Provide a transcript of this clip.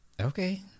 okay